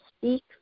speak